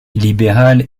libéral